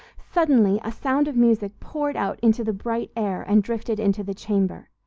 suddenly a sound of music poured out into the bright air and drifted into the chamber.